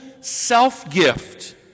self-gift